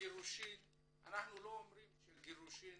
אנחנו לא אומרים שגירושין